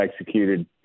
executed